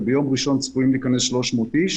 וביום ראשון צפויים להיכנס 300 אנשים.